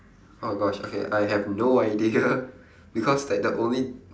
oh gosh okay I have no idea because like the only